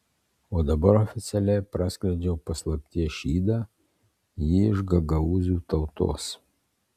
o dabar oficialiai praskleidžiu paslapties šydą ji iš gagaūzų tautos